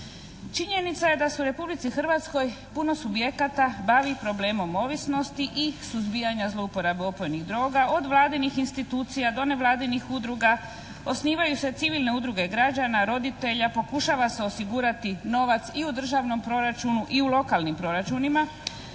Činjenica je da se u Republici Hrvatskoj puno subjekata bavi problemom ovisnosti i suzbijanja zlouporabe opojnih droga od vladinih institucija do nevladinih udruga, osnivaju se civilne udruge građana, roditelja, pokušava se osigurati novac i u državnom proračunu i u lokalnim proračunima,